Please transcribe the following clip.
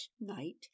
night